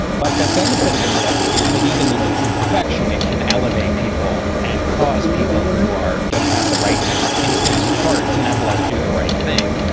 but the benefit of the myth is that even in its imperfection, it can elevate people and cause people who are don't have the right instincts at heart to nevertheless do the right thing.